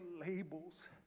labels